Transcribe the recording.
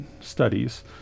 studies